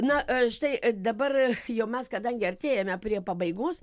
na štai dabar jau mes kadangi artėjame prie pabaigos